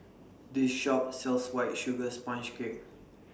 This Shop sells White Sugar Sponge Cake